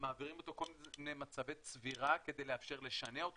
ומעבירים אותו כל מיני מצבי צבירה כדי לאפשר לשנע אותו